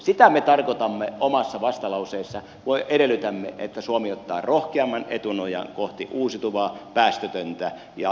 sitä me tarkoitamme omassa vastalauseessamme kun edellytämme että suomi ottaa rohkeamman etunojan kohti uusiutuvaa päästötöntä ja kestävää kehitystä